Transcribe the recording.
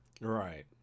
right